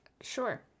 Sure